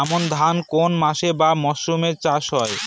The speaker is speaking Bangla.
আমন ধান কোন মাসে বা মরশুমে চাষ হয়?